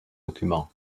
documents